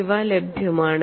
ഇവ ലഭ്യമാണ്